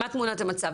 מה תמונת המצב?